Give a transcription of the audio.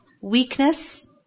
weakness